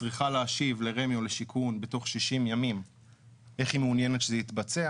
צריכה להשיב ל-רמ"י או לשיכון בתוך 60 ימים איך היא מעוניינת שזה יתבצע.